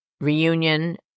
reunion